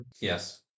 Yes